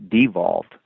devolved